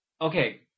okay